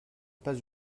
pas